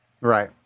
Right